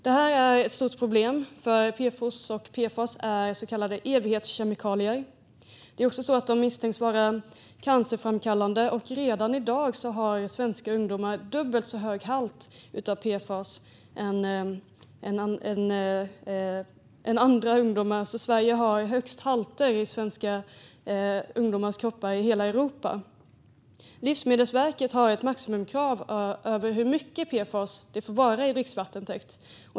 Detta är ett stort problem, för PFOS och PFAS är så kallade evighetskemikalier. De misstänks också vara cancerframkallande. Redan i dag har svenska ungdomar dubbelt så hög halt av PFAS i sina kroppar som andra ungdomar - högst halter i hela Europa. Livsmedelsverket har en maximigräns för hur mycket PFAS som får förekomma i en dricksvattentäkt.